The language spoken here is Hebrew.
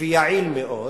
ויעיל מאוד,